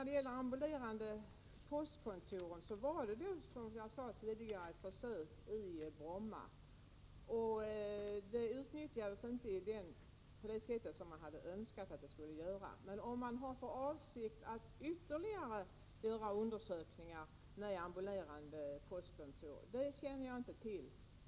Beträffande ambulerande postkontor vill jag återigen säga att det ju gjordes ett försök i Bromma. Utnyttjandet blev nu inte det som man hade önskat. Om man har för avsikt att göra ytterligare undersökningar om ambulerande postkontor känner jag inte till.